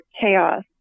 Chaos